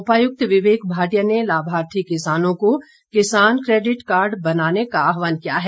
उपायुक्त विवेक भाटिया ने लाभार्थी किसानों को किसान क्रेडिट कार्ड बनाने का आहवान किया हैं